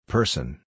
Person